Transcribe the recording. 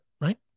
right